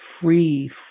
free